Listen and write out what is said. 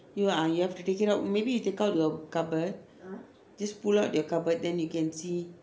you ah you have to take it out maybe you take out your cupboard just pull out your cupboard then you can see